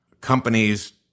companies